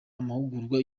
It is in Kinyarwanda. amahugurwa